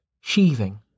sheathing